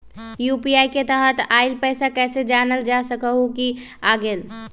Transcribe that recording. UPI के तहत आइल पैसा कईसे जानल जा सकहु की आ गेल?